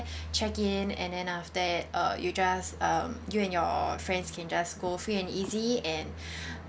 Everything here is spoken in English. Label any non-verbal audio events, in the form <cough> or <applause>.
<breath> check in and then after that uh you just um you and your friends can just go free and easy and <breath>